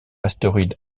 astéroïde